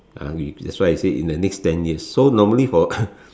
uh that's why I say in the next ten years so normally for